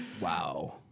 Wow